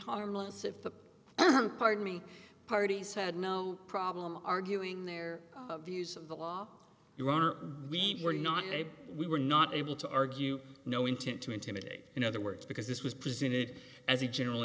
harmless if the pardon me parties had no problem arguing their views of the law your honor we were not we were not able to argue no intent to intimidate in other words because this was presented as a general